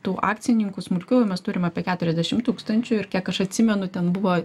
tų akcininkų smulkiųjų mes turim apie keturiasdešim tūkstančių ir kiek aš atsimenu ten buvo